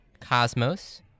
Cosmos